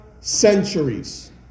centuries